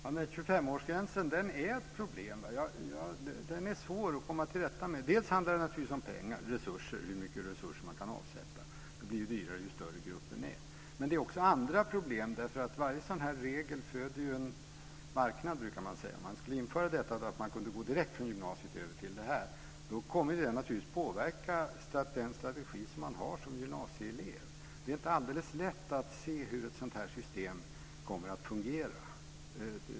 Fru talman! 25-årsgränsen är ett problem som det är svårt att komma till rätta med. Det handlar naturligtvis bl.a. om pengar och hur mycket resurser man kan avsätta. Det blir dyrare ju större gruppen är. Men det finns också andra problem. Varje sådan här regel föder ju en marknad, brukar man säga. Om man skulle införa att man kunde gå direkt från gymnasiet över till detta, kommer det naturligtvis att påverka den strategi som man har som gymnasieelev. Det är inte alldeles lätt att se hur ett sådant här system kommer att fungera.